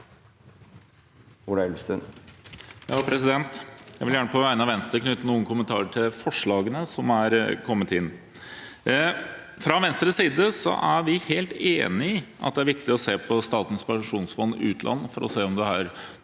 Ola Elvestuen (V) Jeg vil gjerne på vegne av Venstre knytte noen kommentarer til forslagene som er kommet inn. Fra Venstres side er vi helt enig i at det er viktig å se på Statens pensjonsfond utland for å se om en